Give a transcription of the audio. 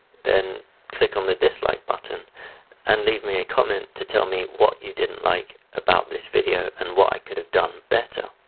then click on the dislike button and leave me a comment to tell me what you didn't like about this video and what i could have done better.